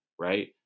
right